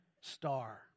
star